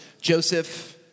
Joseph